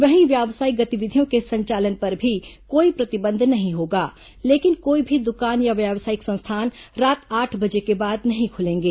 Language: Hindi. वहीं व्यावसायिक गतिविधियों के संचालन पर भी कोई प्रतिबंध नहीं होगा लेकिन कोई भी दुकान या व्यावसायिक संस्थान रात आठ बजे के बाद नहीं खुलेंगे